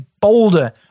bolder